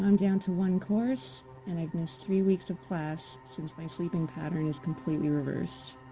um down to one course and i have missed three weeks of classes since my sleeping pattern is completely reversed.